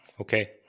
Okay